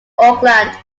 auckland